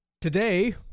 Today